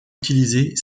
utiliser